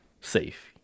safe